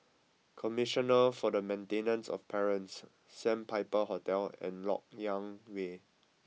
commissioner for the Maintenance of Parents Sandpiper Hotel and Lok Yang Way